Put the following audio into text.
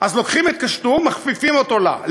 אז לוקחים את קשתו"ם, מכפיפים אותו אליה.